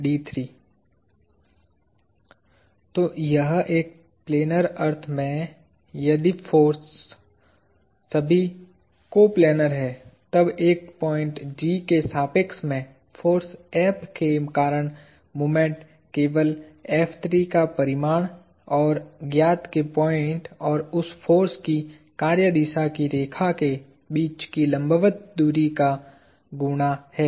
तो यह एक प्लेनर अर्थ में यदि फोर्स सभी को प्लेनर हैं तब एक पॉइंट G के सापेक्ष में फोर्स F के कारण मोमेंट केवल F3 का परिमाण और ज्ञात के पॉइंट और उस फोर्स की कार्य दिशा की रेखा के बीच की लंबवत दुरी का गुणा है